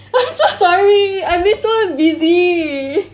I'm so sorry I've been so busy